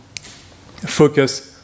focus